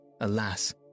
Alas